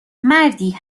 مردی